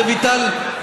רויטל,